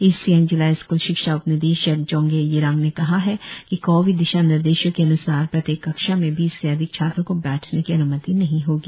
east Siang जिला school शिक्षा उपनिदेशक जोंगे यिरांग ने कहा है कि कोविड दिशानिर्देशों के अन्सार प्रत्येक कक्षा में बीस से अधिक छात्रों को बैठने की अन्मति नहीं होगी